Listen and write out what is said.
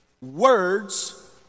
words